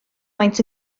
maent